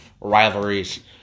rivalries